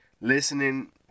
listening